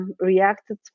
reacted